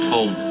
Home